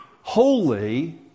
holy